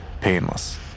painless